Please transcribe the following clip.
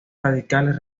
radicales